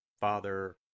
Father